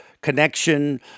connection